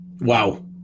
Wow